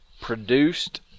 produced